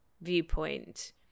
viewpoint